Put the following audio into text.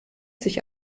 sich